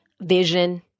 vision